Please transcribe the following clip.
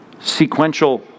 sequential